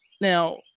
Now